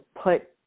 put